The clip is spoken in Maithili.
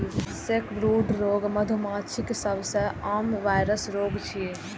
सैकब्रूड रोग मधुमाछीक सबसं आम वायरल रोग छियै